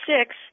six